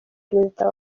perezida